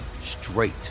straight